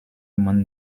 man